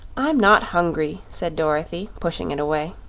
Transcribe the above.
i'm not hungry, said dorothy, pushing it away.